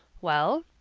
well?